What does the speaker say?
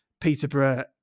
Peterborough